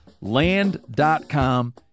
land.com